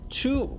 two